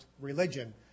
religion